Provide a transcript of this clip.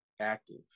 active